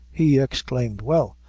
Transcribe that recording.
he exclaimed, well,